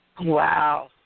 Wow